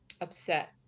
upset